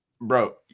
Bro